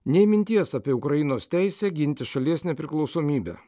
nei minties apie ukrainos teisę ginti šalies nepriklausomybę